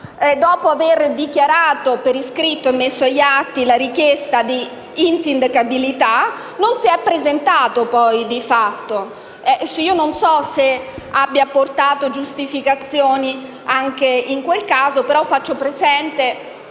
dopo aver dichiarato per iscritto e messo agli atti la richiesta di insindacabilità, di fatto non si è presentato. Non so se abbia portato giustificazioni anche in quel caso, ma faccio presente